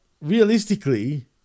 realistically